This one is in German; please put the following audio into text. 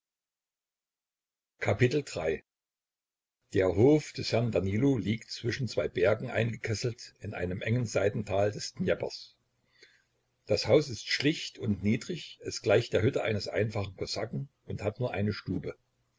der hof des herrn danilo liegt zwischen zwei bergen eingekesselt in einem engen seitental des dnjeprs das haus ist schlicht und niedrig es gleicht der hütte eines einfachen kosaken und hat nur eine stube